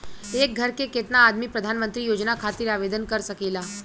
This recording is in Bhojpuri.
एक घर के केतना आदमी प्रधानमंत्री योजना खातिर आवेदन कर सकेला?